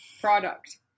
product